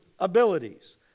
abilities